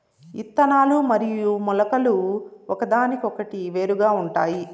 ఇత్తనాలు మరియు మొలకలు ఒకదానికొకటి వేరుగా ఉంటాయి